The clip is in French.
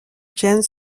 james